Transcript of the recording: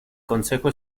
consejo